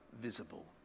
visible